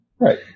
Right